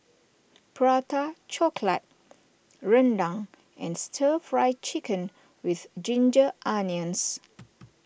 Prata Chocolate Rendang and Stir Fry Chicken with Ginger Onions